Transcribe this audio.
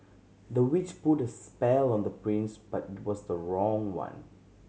the witch put a spell on the prince but it was the wrong one